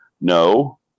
no